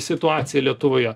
situaciją lietuvoje